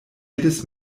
jedes